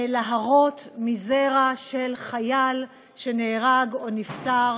להרות מזרע של חייל שנהרג או נפטר